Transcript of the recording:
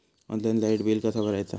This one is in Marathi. ऑनलाइन लाईट बिल कसा भरायचा?